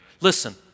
Listen